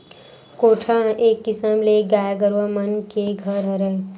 कोठा ह एक किसम ले गाय गरुवा मन के घर हरय